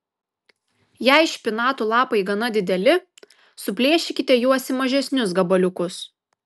jei špinatų lapai gana dideli suplėšykite juos į mažesnius gabaliukus